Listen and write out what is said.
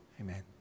Amen